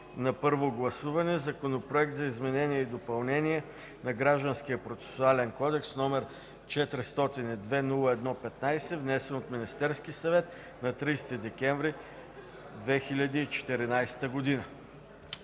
на първо гласуване Законопроект за изменение и допълнение на Гражданския процесуален кодекс, № 402-01-15, внесен от Министерския съвет на 30 декември 2014 г.”